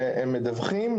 שהם מדווחים.